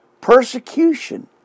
persecution